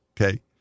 Okay